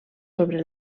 sobre